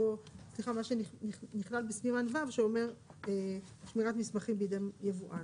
מה שנכלל בסימן ו' שאומר שמירת מסמכים בידי יבואן.